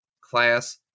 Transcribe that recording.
class